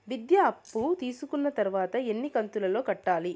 విద్య అప్పు తీసుకున్న తర్వాత ఎన్ని కంతుల లో కట్టాలి?